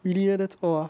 really that's all ah